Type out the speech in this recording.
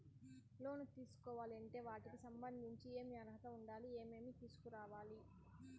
లోను తీసుకోవాలి అంటే వాటికి సంబంధించి ఏమి అర్హత ఉండాలి, ఏమేమి తీసుకురావాలి